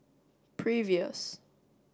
previous